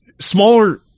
Smaller